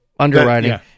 Underwriting